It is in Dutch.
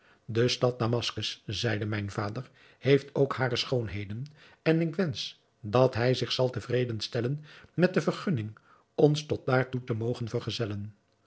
de stad damaskus zeide mijn vader heeft ook hare schoonheden en ik wensch dat hij zich zal te vreden stellen met de vergunning ons tot daartoe te mogen vergezellen